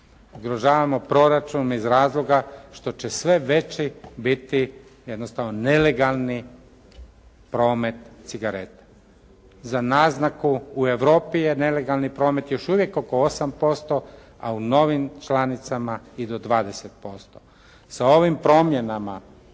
Ugrožavamo proračun iz razloga što će sve veći biti jednostavno nelegalni promet cigareta. Za naznaku u Europi je nelegalni promet još uvijek oko 8% a u novim članicama i do 20%. Sa ovim promjenama